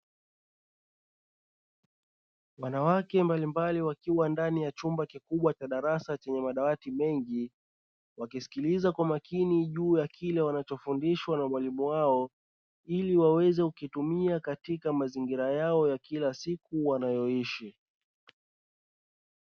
Wanawake mbalimbali wakiwa ndani ya chumba kikubwa cha darasa chenye madawati mengi, wakisikiliza kwa makini juu ya kile wanachofundishwa na mwalimu wao, ili waweze kukitumia katika mazingira yao ya kila siku wanayoishi.